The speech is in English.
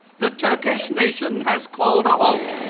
the turkish nation has called a halt.